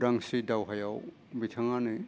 उदांस्रि दावहायाव बिथाङानो